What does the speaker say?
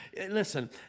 listen